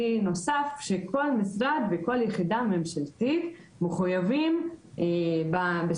כלי נוסף הוא שכל משרד וכל יחידה ממשלתית מחויבים בסוף